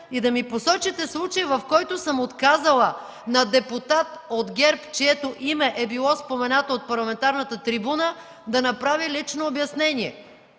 и да ми посочите случай, в който съм отказала на депутат от ГЕРБ, чието име е било споменато от парламентарната трибуна, да направи лично обяснение.